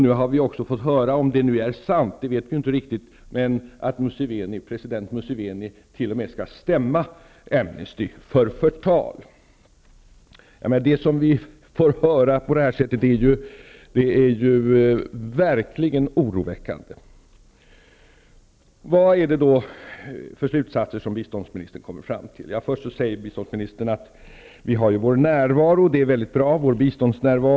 Nu har vi också fått höra -- om det nu är sant, det vet vi inte riktigt -- att president Museveni t.o.m. skall stämma Amnesty för förtal. Det vi har fått höra är verkligen oroväckande. Vad är det då för slutsatser som biståndsministern kommer fram till? Först säger biståndsministern att vi har vår biståndsnärvaro och att det är mycket bra.